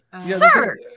Sir